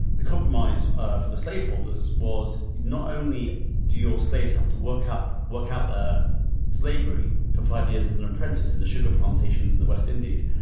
the compromise ah for the slaveholders was not only do your slaves have to work up, work out the slavery for five years as an apprentice in the sugar plantations in the west indies,